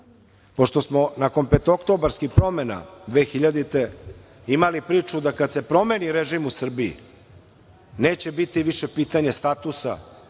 Pošto smo nakon petooktobarskih promena 2000. godine imali priču da kad se promeni režim u Srbiji neće biti više pitanje statusa